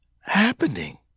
happening